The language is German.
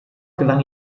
gelang